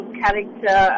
character